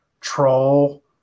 troll